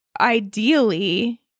ideally